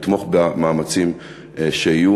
לתמוך במאמצים שיהיו,